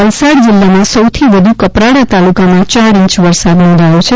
વલસાડ જિલ્લામાં સૌથી વધુ કપરાડા તાલુકામાં ચાર ઇંચ વરસાદ નોંધાયો છે